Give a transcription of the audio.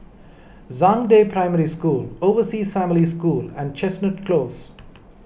Zhangde Primary School Overseas Family School and Chestnut Close